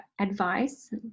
advice